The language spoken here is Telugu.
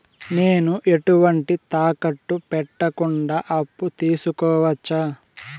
నేను ఎటువంటి తాకట్టు పెట్టకుండా అప్పు తీసుకోవచ్చా?